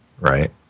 right